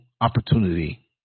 opportunity